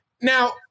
Now